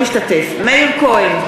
אינו משתתף בהצבעה מאיר כהן,